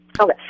Okay